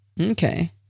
Okay